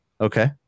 Okay